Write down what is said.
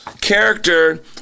Character